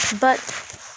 But